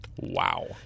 Wow